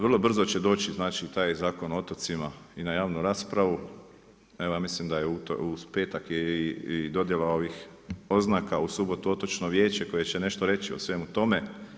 Vrlo brzo će doći taj Zakon o otocima i na javnu raspravu. ja mislim da je u petak i dodjela ovih oznaka, u subotu Otočno vijeće koje će nešto reći o svemu tome.